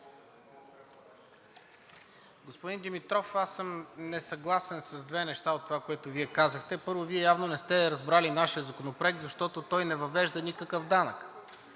Господин Димитров, аз съм несъгласен с две неща от това, което Вие казахте. Първо, Вие явно не сте разбрали нашия Законопроект, защото той не въвежда никакъв данък.